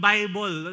Bible